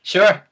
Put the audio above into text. Sure